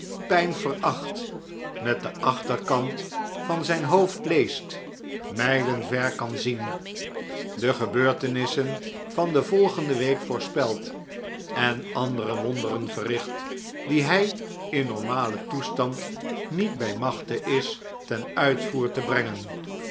pijn veracht met den achterkant van zijn hoofd leest mijlen ver kan zien de gebeurtenissen van de volgende week voorspelt en andere wonderen verricht die hij in normalen toestand niet bij machte is ten uitvoer te breng